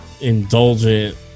indulgent